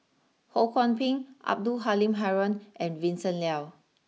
Ho Kwon Ping Abdul Halim Haron and Vincent Leow